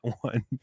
one